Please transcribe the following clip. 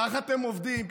כך אתם עובדים,